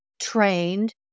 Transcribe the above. trained